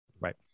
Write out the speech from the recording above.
right